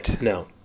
no